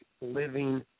living